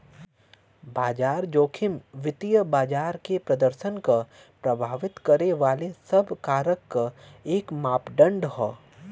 बाजार जोखिम वित्तीय बाजार के प्रदर्शन क प्रभावित करे वाले सब कारक क एक मापदण्ड हौ